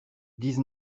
dix